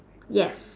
yes